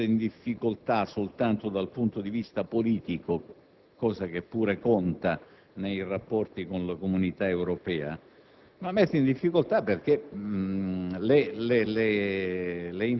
c'è un'esposizione che non mette in difficoltà soltanto dal punto di vista politico, cosa che pure conta nei rapporti con la Comunità europea,